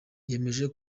yemeje